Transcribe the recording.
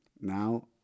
now